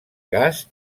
gas